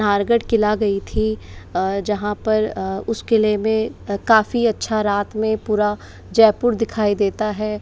नहारगढ़ किला गई थी जहाँ पर उस किले में काफ़ी अच्छा रात में पूरा जयपुर दिखाई देता है